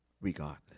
Regardless